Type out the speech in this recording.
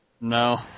No